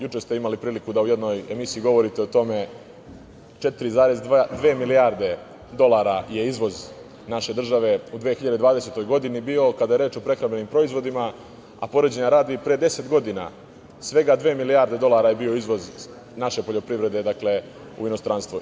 Juče ste imali priliku da u jednoj emisiji govorite o tome, 4,2 milijarde dolara je bio izvoz naše države u 2020. godini kada je reč o prehrambenim proizvodima, a poređenja radi, pre 10 godina svega dve milijarde dolara je bio izvoz naše poljoprivrede u inostranstvo.